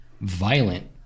violent